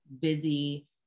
busy